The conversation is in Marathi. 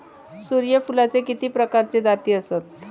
सूर्यफूलाचे किती प्रकारचे जाती आसत?